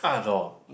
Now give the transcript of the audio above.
art or